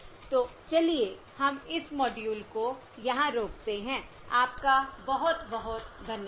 तो चलिए हम इस मॉड्यूल को यहाँ रोकते हैं आपका बहुत बहुत धन्यवाद